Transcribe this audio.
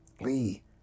Lee